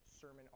sermon